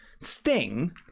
sting